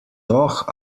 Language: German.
doch